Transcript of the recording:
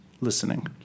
Listening